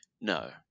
No